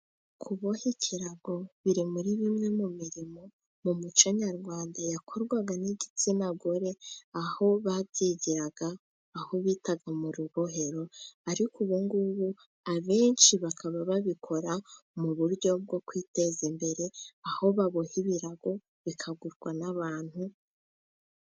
Kuboha ikirago biri muri bimwe mu mirimo mu muco nyarwanda yakorwaga n'igitsina gore, aho babyigiraga aho bitaga mu rubohero, ariko ubungubu abenshi bakaba babikora mu buryo bwo kwiteza imbere, aho baboha ibirago bikagurwa n'abantu.